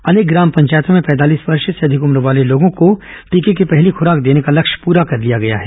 अनेक ग्राम पंचायतों में पैंतालीस वर्ष से अधिक उम्र वाले लोगों को टीके की पहली ख्राक देने का लक्ष्य पूरा कर लिया गया है